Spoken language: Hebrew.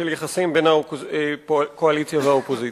של היחסים בין הקואליציה לאופוזיציה.